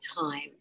time